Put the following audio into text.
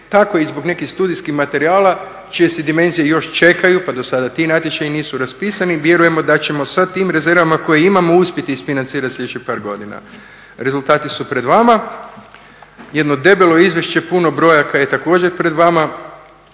tako i zbog nekih studijskih materijala čije se dimenzije još čekaju, pa do sada ti natječaji nisu raspisani. Vjerujemo da ćemo sa tim rezervama koje imamo uspjeti isfinancirati sljedećih par godina. Rezultati su pred vama. Jedno debelo izvješće puno brojaka je također pred vama,